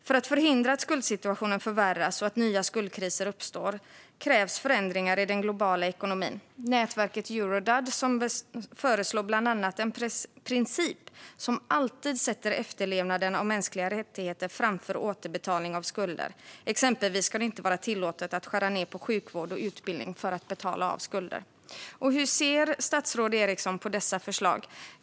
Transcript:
För att förhindra att skuldsituationen förvärras och att nya skuldkriser uppstår krävs förändringar i den globala ekonomin. Nätverket Eurodad föreslår bland annat en princip som alltid sätter efterlevnaden av mänskliga rättigheter framför återbetalning av skulder. Det ska exempelvis inte vara tillåtet att skära ned på sjukvård och utbildning för att betala av skulder. Hur ser statsrådet Eriksson på dessa förslag?